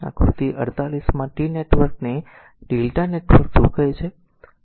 તેથી આકૃતિ 48 માં T નેટવર્ક ને r Δ નેટવર્ક શું કહે છે